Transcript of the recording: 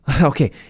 Okay